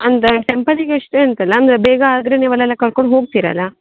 ಅಂದೇ ಟೆಂಪಲಿಗೆ ಅಷ್ಟೇ ಅಂತಲ್ಲ ಅಂದರೆ ಬೇಗ ಆದರೆ ನೀವು ಅಲ್ಲೆಲ್ಲಾ ಕರ್ಕೊಂಡು ಹೋಗ್ತೀರಲ್ಲ